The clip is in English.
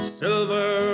silver